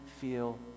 feel